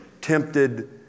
tempted